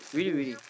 really really